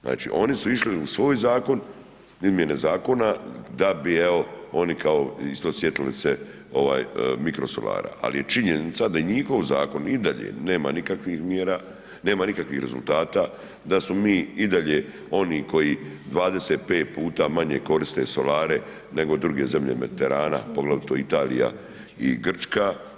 Znači oni su išli u svoj zakon, primjene zakona da bi, evo, oni kao isto sjetili se mikrosolara, ali je činjenica da i njihov zakon i dalje nema nikakvih mjera, nema nikakvih rezultata, da smo mi i dalje oni koji 25 puta manje koriste solare nego druge zemlje Mediterana, poglavito Italija i Grčka.